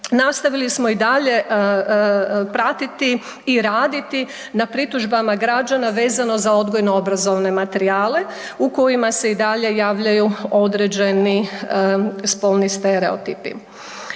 nastavili smo i dalje pratiti i raditi na pritužbama građana vezano za odgojno obrazovne materijale u kojima se i dalje javljaju određeni spolni stereotipi.